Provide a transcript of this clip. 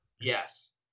yes